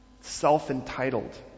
self-entitled